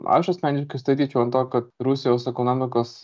aš asmeniškai statyčiau ant to kad rusijos ekonomikos